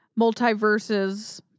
Multiverses